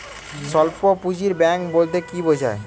স্বল্প পুঁজির ব্যাঙ্ক বলতে কি বোঝায়?